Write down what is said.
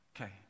Okay